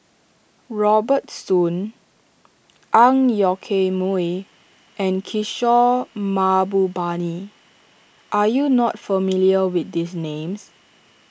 Robert Soon Ang Yoke Mooi and Kishore Mahbubani are you not familiar with these names